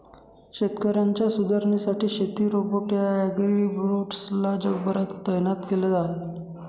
शेतकऱ्यांच्या सुधारणेसाठी शेती रोबोट या ॲग्रीबोट्स ला जगभरात तैनात केल आहे